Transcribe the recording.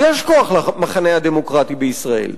אז יש כוח למחנה הדמוקרטי בישראל.